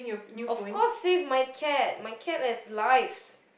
of course save my cats my cats have lives